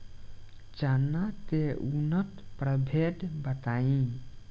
चना के उन्नत प्रभेद बताई?